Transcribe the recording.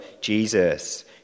Jesus